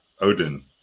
Odin